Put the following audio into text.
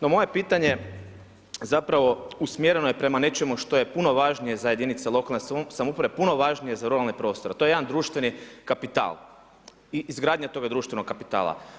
No moje pitanje zapravo usmjereno je prema nečemu što je puno važnije za jedinice lokalne samouprave, puno važnije za ruralne prostore, a to je jedan društveni kapital i izgradnja toga društvenog kapitala.